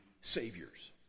saviors